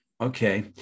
Okay